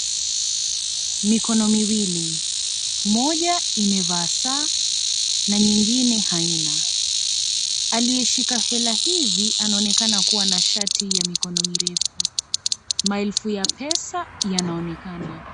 Mikono miwili, moja imevaa saa na nyingine haina, aliyeshika hela hizi anaonekana kuwa na shati ya mikono mirefu, maelfu ya pesa yanaonekana.